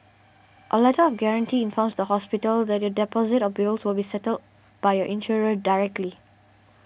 a letter of guarantee informs the hospital that your deposit or bills will be settled by your insurer directly